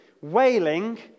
Wailing